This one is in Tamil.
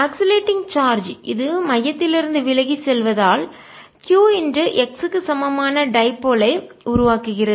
ஆக்சிலேட்டிங் சார்ஜ் இது மையத்திலிருந்து விலகிச் செல்வதால் q x க்கு சமமான டைபோல் ஐ இருமுனையை உருவாக்குகிறது